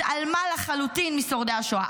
התעלמה לחלוטין משורדי השואה.